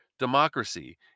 democracy